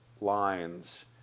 lines